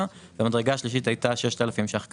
והמדרגה השלישית הייתה 6,000 ש"ח קבוע.